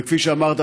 וכפי שאמרת,